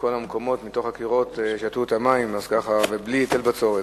מתוך הקירות שתו את המים, ובלי היטל בצורת.